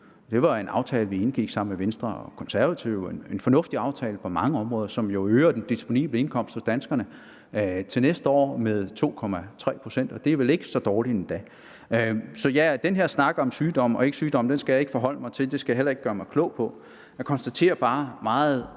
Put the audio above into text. Det var en aftale, vi indgik sammen med Venstre og Konservative – en fornuftig aftale på mange områder, som jo øger den disponible indkomst hos danskerne til næste år med 2,3 pct., og det er vel ikke så dårligt endda. Så den her snak om sygdom og ikke sygdom skal jeg ikke forholde mig til, det skal jeg heller ikke gøre mig klog på. Jeg konstaterer bare meget